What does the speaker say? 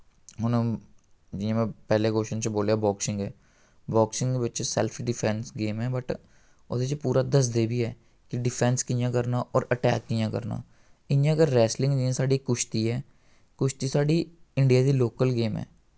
हून जि'यां में पैह्ले कोव्श्चन च बोल्लेआ बाक्सिंग ऐ बाक्सिंग बिच्च सैल्फ डिफैंस गेम ऐ बट ओह्दे च पूरा दसदे बी ऐ कि डिफैंस कि'यां करना और अटैक कि'यां करना इ'यां गै रैस्लिंग जि'यां साढ़ी कुश्ती ऐ कुश्ती साढ़ी इंडिया दी लोकल गेम ऐ